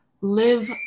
live